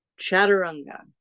chaturanga